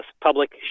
public